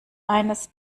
eines